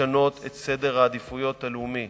לשנות את סדר העדיפויות הלאומי.